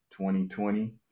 2020